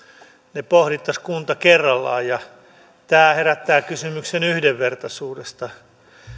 ne pohdittaisiin kunta kerrallaan tämä herättää kysymyksen yhdenvertaisuudesta